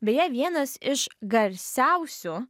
beje vienas iš garsiausių